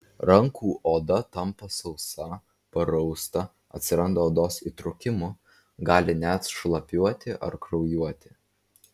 rankų oda tampa sausa parausta atsiranda odos įtrūkimų gali net šlapiuoti ar kraujuoti